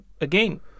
again